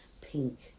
pink